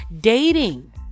dating